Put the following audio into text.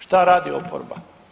Šta radi oporba?